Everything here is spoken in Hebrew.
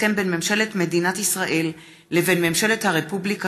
הסכם בין ממשלת מדינת ישראל לבין ממשלת הרפובליקה